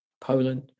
Poland